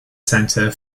centre